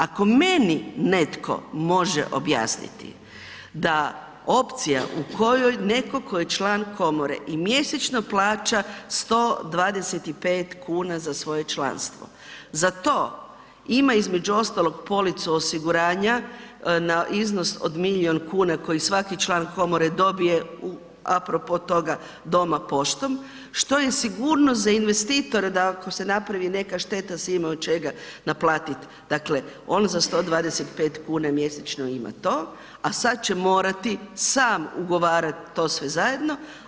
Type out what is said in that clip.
Ako meni netko može objasniti da opcija u kojoj netko tko je član komore i mjesečno plaća 125 kn za svoje članstvo za to ima, između ostalog policu osiguranja na iznos od milijun kuna koji svaki član komore dobije u a propos toga doma poštom, što je sigurnost za investitore da ako se napravi neka šteta se imaju od čega naplatiti, dakle on za 125 kn mjesečno ima to, a sad će morati sam ugovarati to sve zajedno.